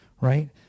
right